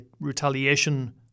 retaliation